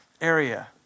area